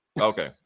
Okay